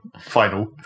final